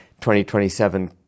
2027